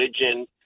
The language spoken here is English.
religion